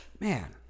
man